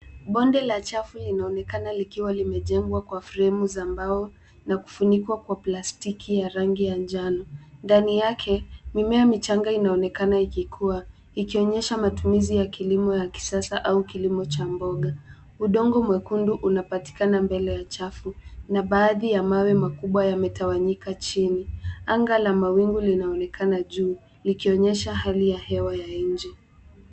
Bonde la chafu linaonekana likiwa limejengwa kwa fremu za mbao na kufunikwa kwa plastiki ya rangi ya njano. Ndani yake, mimea michanga inaonekana ikikuwa, ikionyesha matumizi ya kilimo ya kisasa au kilimo cha mboga. Udongo mwekundu unapatikana mbele ya chafu na baadhi ya mawe makubwa yametawanyika chini. Anga ya mawingu inaonekana juu ikionyesha hali ya hewa ya nje.